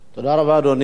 תודה רבה, אדוני.